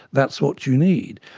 that's what you need.